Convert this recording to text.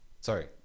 Sorry